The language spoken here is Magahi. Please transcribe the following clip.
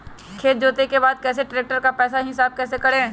खेत जोते के बाद कैसे ट्रैक्टर के पैसा का हिसाब कैसे करें?